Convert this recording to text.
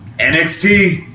NXT